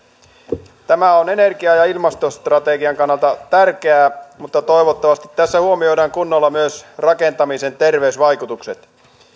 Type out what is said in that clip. tämä on energia ja ilmastostrategian kannalta tärkeää mutta toivottavasti tässä huomioidaan kunnolla myös rakentamisen terveysvaikutukset